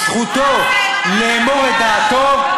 על זכותו לאמור את דעתו,